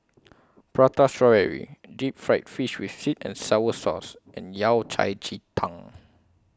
Prata Strawberry Deep Fried Fish with Sweet and Sour Sauce and Yao Cai Ji Tang